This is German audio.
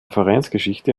vereinsgeschichte